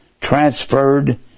transferred